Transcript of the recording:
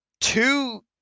two